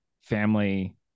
family